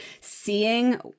seeing